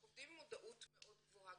אנחנו עובדים על מודעות מאוד גבוהה,